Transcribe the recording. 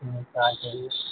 ٹھیک ہے آ جائیے